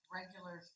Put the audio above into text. regular